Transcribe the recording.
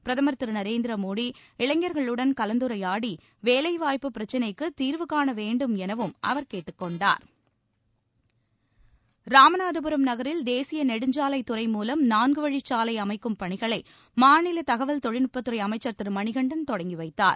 பிரதமர் திரு நரேந்திர மோடி இளைஞர்களுடன் கலந்துரையாடி வேலை வாய்ப்பு பிரச்னைக்குத் தீர்வு காண வேண்டும் எனவும் அவர் கேட்டுக் கொண்டார் ராமநாதபுரம் நகரில் தேசிய நெடுஞ்சாலை துறை மூலம் நான்குவழிச்சாலை அமைக்கும் பணிகளை மாநில தகவல் தொழில் நுட்பத்துறை அமைச்சர் திரு மணிகண்டன் தொடங்கி வைத்தார்